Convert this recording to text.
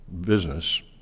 business